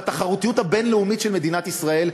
בתחרותיות הבין-לאומית של מדינת ישראל,